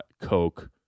Coke